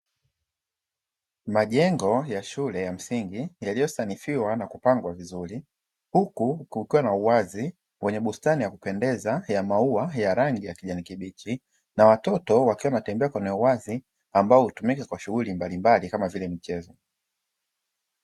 Majengo ya shule ya msingi yaliyosanifiwa na kupangwa vizuri huku kukiwa na uwazi wenye bustani ya kupendeza ya maua ya rangi ya kijani kibichi, na watoto wakiwa wanatembea kwenye uwazi ambao hutumika kwa shughuli mbalimbali kama vile michezo.